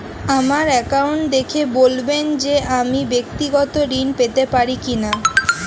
আমার অ্যাকাউন্ট দেখে বলবেন যে আমি ব্যাক্তিগত ঋণ পেতে পারি কি না?